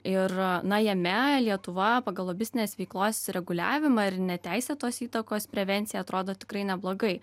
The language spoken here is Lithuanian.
ir na jame lietuva pagal lobistinės veiklos reguliavimą ir neteisėtos įtakos prevenciją atrodo tikrai neblogai